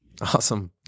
Awesome